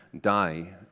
die